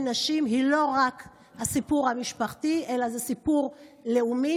נשים היא לא רק הסיפור המשפחתי אלא זה סיפור לאומי,